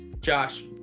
Josh